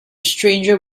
stranger